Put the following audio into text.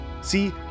See